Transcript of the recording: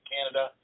Canada